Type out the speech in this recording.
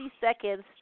seconds